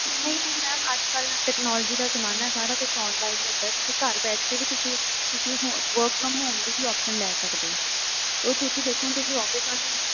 ਨਹੀਂ ਨਹੀਂ ਮੈਮ ਅੱਜ ਕੱਲ੍ਹ ਟੈਕਨੋਲੋਜੀ ਦਾ ਜ਼ਮਾਨਾ ਸਾਰਾ ਕੁਝ ਔਨਲਾਈਨ ਹੀ ਹੁੰਦਾ ਤੁਸੀਂ ਘਰ ਬੈਠ ਕੇ ਵੀ ਤੁਸੀਂ ਤੁਸੀਂ ਵਰਕ ਫਰੋਮ ਹੋਣ ਦੀ ਵੀ ਆਪਸ਼ਨ ਲੈ ਸਕਦੇ ਹੋ ਉਹ ਤੁਸੀਂ ਦੇਖੋ ਤੁਸੀਂ ਆਫਿਸ ਆ ਕੇ